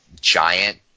giant